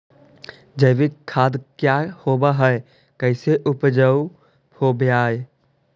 जैविक खाद क्या होब हाय कैसे उपज हो ब्हाय?